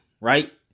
right